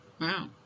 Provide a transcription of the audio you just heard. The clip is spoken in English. Wow